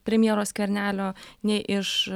premjero skvernelio nei iš